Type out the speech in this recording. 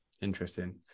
interesting